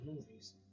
movies